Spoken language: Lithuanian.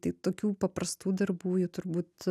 tai tokių paprastų darbų jų turbūt